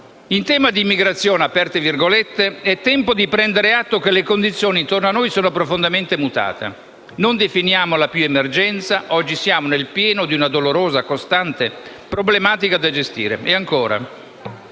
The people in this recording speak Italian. «In tema di immigrazione è tempo di prendere atto che le condizioni intorno a noi sono profondamente mutate. Non definiamola più emergenza: oggi siamo nel pieno di una dolorosa e costante problematica da gestire» E ancora: